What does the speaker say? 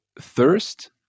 Thirst